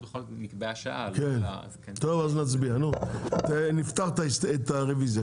טוב, נפתח את הרביזיה.